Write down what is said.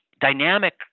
dynamic